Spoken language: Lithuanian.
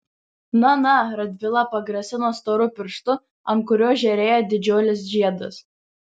na na radvila pagrasino storu pirštu ant kurio žėrėjo didžiulis žiedas